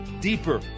Deeper